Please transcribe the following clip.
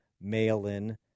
mail-in